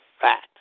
fact